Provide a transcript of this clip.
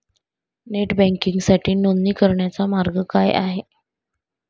Net बँकिंगसाठी नोंदणी करण्याचा मार्ग काय आहे?